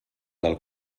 del